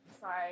Sorry